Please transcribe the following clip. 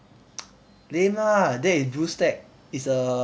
lame lah that is bluestack it's a